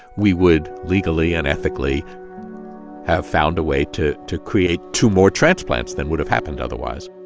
we would legally and ethically have found a way to to create two more transplants than would have happened otherwise.